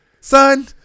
Son